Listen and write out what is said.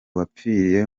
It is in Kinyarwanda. wapfiriye